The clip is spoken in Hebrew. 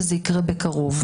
וזה יקרה בקרוב.